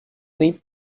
nem